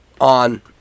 on